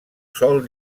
sol